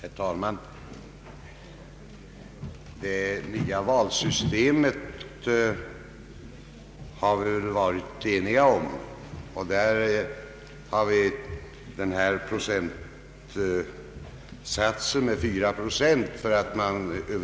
Herr talman! Det nya valsystem som skall tillämpas från och med 1970 har vi varit eniga om.